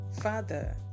Father